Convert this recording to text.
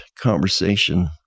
conversation